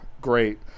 Great